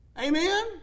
Amen